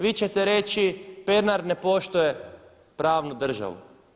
Vi ćete reći Pernar ne poštuje pravnu državu.